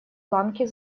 ланки